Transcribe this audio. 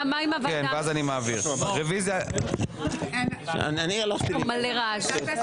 מה עם ה ------ יש פה מלא רעש.